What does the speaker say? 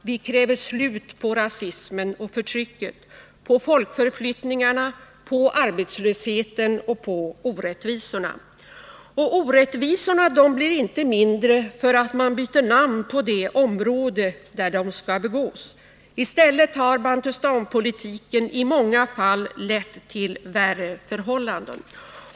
Vi kräver slut på rasismen och förtrycket, på folkförflyttningarna, på arbetslösheten och på orättvisorna. Och orättvisorna blir inte mindre för att man byter namn på det område där de begås. I stället har bantustanpolitiken i många fall lett till värre förhållanden.